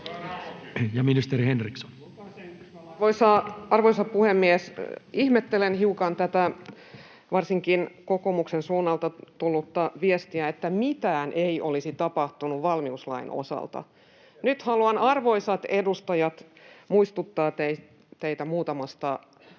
Content: Arvoisa puhemies! Ihmettelen hiukan tätä varsinkin kokoomuksen suunnalta tullutta viestiä, että mitään ei olisi tapahtunut valmiuslain osalta. Nyt haluan, arvoisat edustajat, muistuttaa teitä muutamasta asiasta,